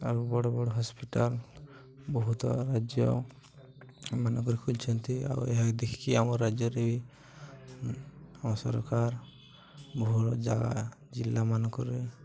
ଆଉ ବଡ଼ ବଡ଼ ହସ୍ପିଟାଲ ବହୁତ ରାଜ୍ୟ ମାନଙ୍କରେ ଖୋଲିଛନ୍ତି ଆଉ ଏହା ଦେଖିକି ଆମ ରାଜ୍ୟରେ ବି ଆମ ସରକାର ବହୁ ଜାଗା ଜିଲ୍ଲାମାନଙ୍କରେ